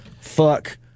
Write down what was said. fuck